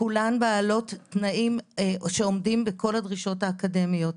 כולן בעלות תנאים שעומדים בכל הדרישות האקדמיות.